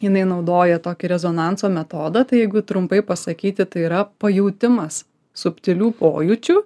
jinai naudoja tokį rezonanso metodą tai jeigu trumpai pasakyti tai yra pajautimas subtilių pojūčių